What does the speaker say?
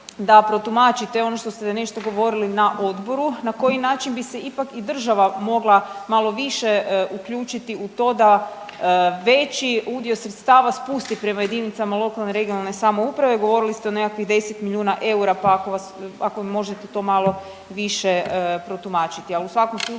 da protumačite ono što ste nešto govorili na odboru na koji način bi se ipak i država mogla malo više uključiti u to da veći udio sredstava prema jedinicama lokalne i regionalne samouprave, govorili ste o nekakvih 10 milijuna eura, pa ako mi možete to malo više protumačiti.